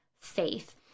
faith